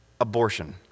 Abortion